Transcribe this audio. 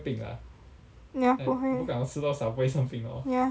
ya 不会 ya